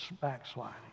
backsliding